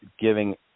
giving